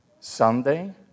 Sunday